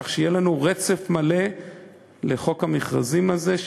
כך יהיה לנו רצף מלא בחוק המכרזים הזה,